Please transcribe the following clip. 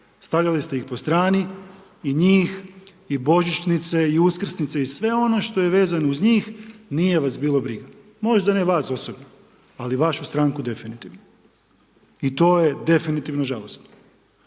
Stavljali ste ih po strani i njih, i božićnice, i uskrsnice i sve ono što je vezano uz njih nije vas bilo briga. Možda ne vas osobno, ali vašu stranku definitivno i to je definitivno žalosno.